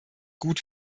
gut